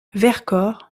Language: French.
vercors